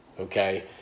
okay